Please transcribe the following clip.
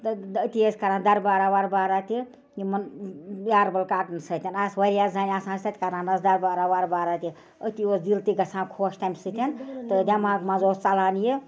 تہٕ أتی ٲسۍ کَران دربارا وربارا تہِ یِمن یارٕبل کاکہٕ نٮ۪ن سۭتۍ آسہٕ وارِیاہ زنہِ آسان أسۍ تَتہِ کران ٲس دربارا وربارا تہِ أتی اوس دِل تہِ گَژھان خۄش تَمہِ سۭتۍ تہٕ دٮ۪ماغہٕ منٛز اوس ژلان یہِ